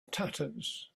tatters